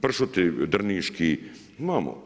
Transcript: Pršuti drniški, imamo.